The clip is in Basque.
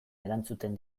erantzuten